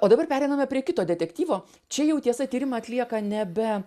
o dabar pereiname prie kito detektyvo čia jau tiesa tyrimą atlieka nebe